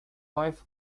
fife